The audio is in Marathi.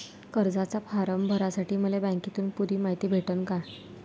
कर्जाचा फारम भरासाठी मले बँकेतून पुरी मायती भेटन का?